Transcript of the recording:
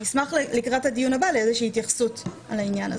אני אשמח לקראת הדיון הבא להתייחסות על העניין הזה.